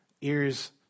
ears